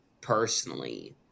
personally